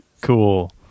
cool